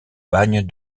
bagne